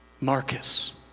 Marcus